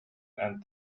and